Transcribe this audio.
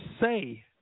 say